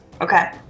Okay